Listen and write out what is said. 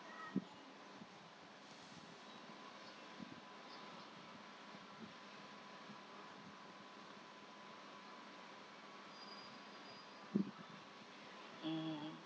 mm